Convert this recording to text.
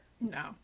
No